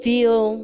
Feel